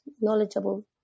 knowledgeable